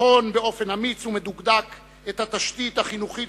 לבחון באופן אמיץ ומדוקדק את התשתית החינוכית